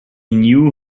knew